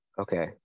okay